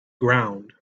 ground